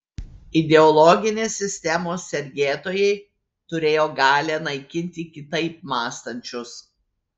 ideologinės sistemos sergėtojai turėjo galią naikinti kitaip mąstančius